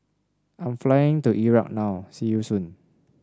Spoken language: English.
I am flying to Iraq now See you soon